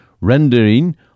rendering